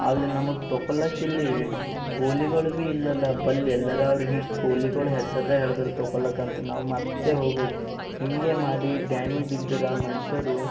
ಅಲ್ಲಿ ನಮ್ಮ ತೊಪಾಲಕ್ಕಿಲ್ಲಿ ಗೋಲಿಗಳು ಭೀ ಇಲ್ಲಲ್ಲ ಬಲ್ಲಿ ಎಲ್ಲರ ಅವರ ಹೀಗೆ ಗೋಲಿಗಳ ಹೆಸರು ಹೇಳಿದ್ರು ತಕೊಳ್ಳಕ ಅಂತ ನಾವು ಮತ್ತೆ ಹೋಗ್ಬೇಕು ಹೀಗೇ ಮಾಡಿ ಬ್ಯಾನಿ ಬಿದ್ದರೆ ಮನುಷ್ಯರು